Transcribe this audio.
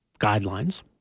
guidelines